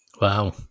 Wow